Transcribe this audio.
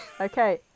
Okay